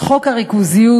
פופולריות,